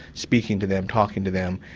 speaking to them, talking to them,